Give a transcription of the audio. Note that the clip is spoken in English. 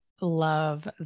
love